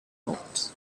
thought